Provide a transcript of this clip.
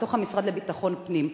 בתוך המשרד לביטחון פנים.